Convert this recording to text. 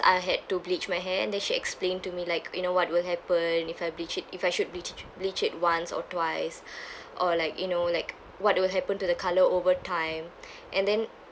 I had to bleach my hair and then she explained to me like you know what will happen if I bleach it if I should be~ bleach it once or twice or like you know like what will happen to the colour over time and then